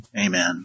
Amen